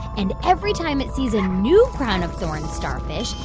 and every time it sees a new crown-of-thorns starfish,